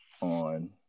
on